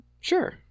Sure